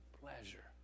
pleasure